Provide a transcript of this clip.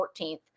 14th